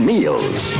Meals